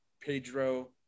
Pedro